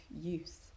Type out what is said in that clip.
use